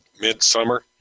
midsummer